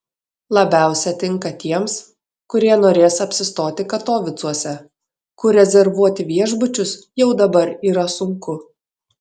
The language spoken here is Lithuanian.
labiausia tinka tiems kurie norės apsistoti katovicuose kur rezervuoti viešbučius jau dabar yra sunku